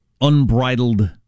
unbridled